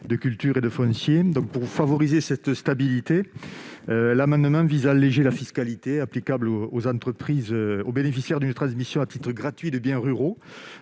de culture et de foncier. Pour favoriser cette stabilité, je propose d'alléger la fiscalité applicable aux bénéficiaires d'une transmission à titre gratuit de biens ruraux